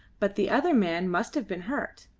but the other man must have been hurt.